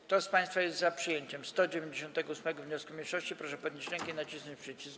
Kto z państwa jest za przyjęciem 198. wniosku mniejszości, proszę podnieść rękę i nacisnąć przycisk.